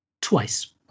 twice